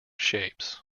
shapes